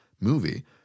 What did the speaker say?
movie